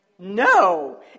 No